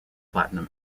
platinum